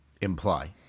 imply